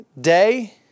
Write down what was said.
day